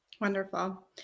Wonderful